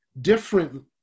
different